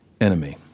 enemy